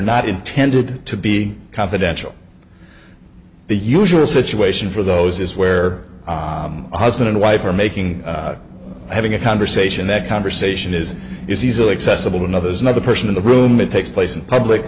not intended to be confidential the usual situation for those is where husband and wife are making having a conversation that conversation is is easily accessible to another's another person in the room it takes place in public